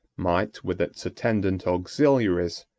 might, with its attendant auxiliaries,